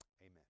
Amen